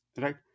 right